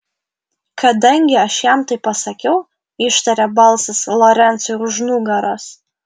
kadangi aš jam tai pasakiau ištarė balsas lorencui už nugaros